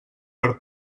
per